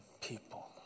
people